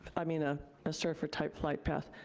i mean ah a serfr-type flight path,